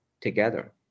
together